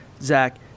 Zach